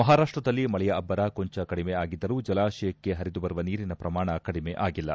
ಮಹಾರಾಷ್ಟದಲ್ಲಿ ಮಳೆಯ ಅಬ್ಬರ ಕೊಂಚ ಕಡಿಮೆ ಆಗಿದ್ದರೂ ಜಲಾಶಯಕ್ಕೆ ಪರಿದು ಬರುವ ನೀರಿನ ಪ್ರಮಾಣ ಕಡಿಮೆ ಆಗಿಲ್ಲ